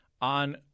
on